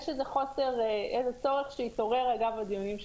יש איזה חוסר שהתעורר אגב הדיונים,